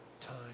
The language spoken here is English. time